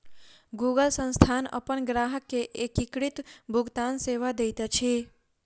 Google संस्थान अपन ग्राहक के एकीकृत भुगतान सेवा दैत अछि